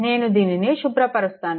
నేను దీనిని శుభ్రపరుస్తాను